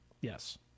yes